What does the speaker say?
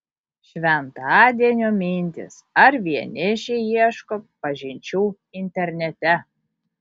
šventadienio mintys ar vienišiai ieško pažinčių internete